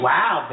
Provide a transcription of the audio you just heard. Wow